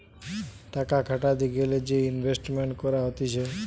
টাকা খাটাতে গ্যালে যে ইনভেস্টমেন্ট করা হতিছে